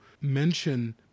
mention